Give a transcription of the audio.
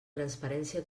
transparència